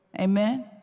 amen